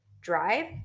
drive